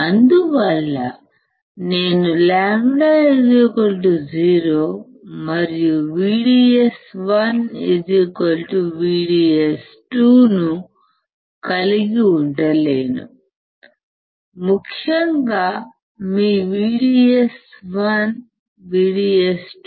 అందువల్ల నేను λ 0 మరియు VDS1VDS2 ను కలిగి ఉండలేను ముఖ్యంగా మీ VDS1 VDS2